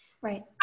Right